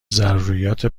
ضروریات